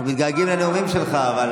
אבל אנחנו מתגעגעים לנאומים שלך.